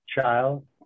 child